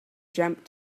jump